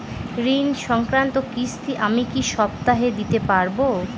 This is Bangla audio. ঋণ সংক্রান্ত কিস্তি আমি কি সপ্তাহে দিতে পারবো?